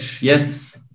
yes